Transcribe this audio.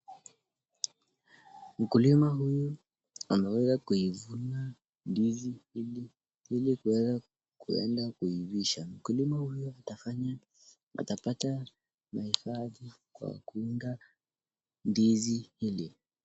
Mkulima huyu ameweza kuivuna ndizi ili kuweza kuenda kuivisha. Mkulima huyu atafanya atapata mahitaji kwa kuunga ndizi hili.